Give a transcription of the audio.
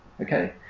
Okay